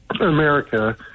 America